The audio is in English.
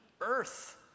earth